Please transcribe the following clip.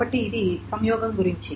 కాబట్టి ఇది సంయోగం గురించి